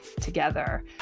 together